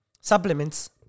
supplements